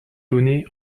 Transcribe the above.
donnez